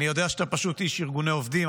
אני יודע שאתה פשוט איש ארגוני עובדים,